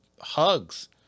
hugs